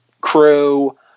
crew